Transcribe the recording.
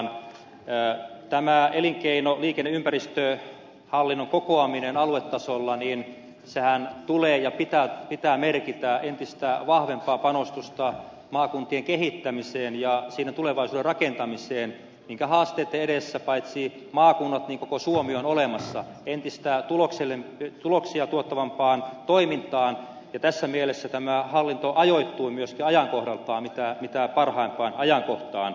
tämä elinkeino liikenne ja ympäristöhallinnon kokoaminen aluetasolla tulee merkitsemään ja sen pitää merkitä entistä vahvempaa panostusta maakuntien kehittämiseen ja sen tulevaisuuden rakentamiseen jonka haasteitten edessä paitsi maakunnat myös koko suomi on olemassa entistä enemmän tuloksia tuottavaan toimintaan ja tässä mielessä tämä hallinto ajoittuu myöskin ajankohdaltaan mitä parhaiten